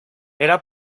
era